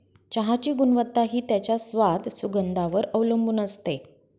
चहाची गुणवत्ता हि त्याच्या स्वाद, सुगंधावर वर अवलंबुन असते